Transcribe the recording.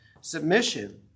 submission